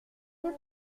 pour